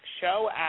show